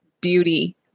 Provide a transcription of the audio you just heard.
beauty